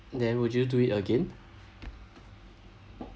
then would you do it again